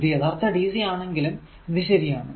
ഇത് യഥാർത്ഥ dc ആണെങ്കിലും ഇത് ശരിയാണ്